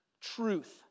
truth